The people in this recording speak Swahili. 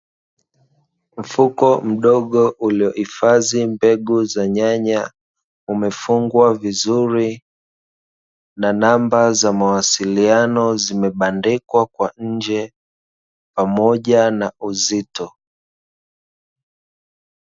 Mfuko mdogo uliohifadhi mbegu za nyanya umefungwa vizuri, na namba za mawasiliano zimebandikwa kwa nje pamoja na uzito .